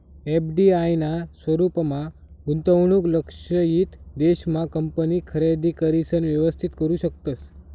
FDI ना स्वरूपमा गुंतवणूक लक्षयित देश मा कंपनी खरेदी करिसन व्यवस्थित करू शकतस